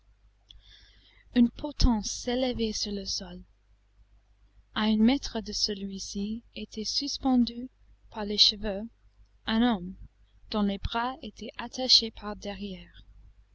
une potence s'élevait sur le sol à un mètre de celui-ci était suspendu par les cheveux un homme dont les bras étaient attachés par derrière